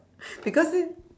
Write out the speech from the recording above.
because this